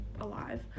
alive